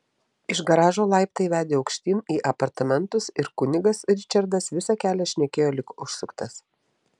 iš garažo laiptai vedė aukštyn į apartamentus ir kunigas ričardas visą kelią šnekėjo lyg užsuktas